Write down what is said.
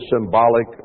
symbolic